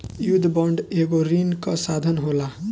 युद्ध बांड एगो ऋण कअ साधन होला